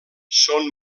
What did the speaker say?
són